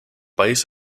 país